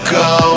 go